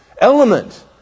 element